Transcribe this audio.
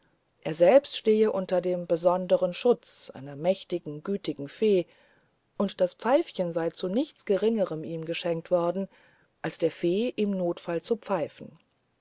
er selbst stehe unter dem besonderen schutz einer mächtigen gütigen fee und das pfeifchen sei zu nichts geringerem ihm geschenkt worden als der fee im fall der not zu pfeifen